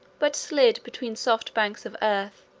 but slid between soft banks of earth,